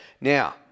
Now